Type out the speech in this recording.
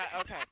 okay